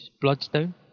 Bloodstone